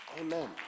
Amen